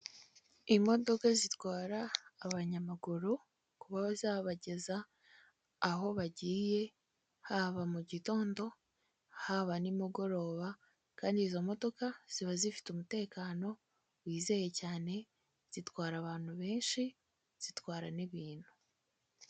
Imodoka zitwara abanyamaguru kuba zabageza aho bagiye, haba mu gitondo haba nimugoroba, kandi izo modoka ziba zifite umutekano wizeye cyane, zitwara abantu benshi zitwara n'ibintu.